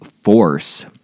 force